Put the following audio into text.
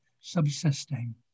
subsisting